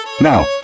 Now